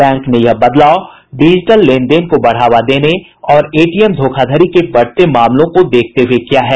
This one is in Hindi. बैंक ने यह बदलाव डिजीटल लेन देन को बढ़ावा देने और एटीएम धोखाधड़ी के बढ़ते मामलों को देखते हुए किया है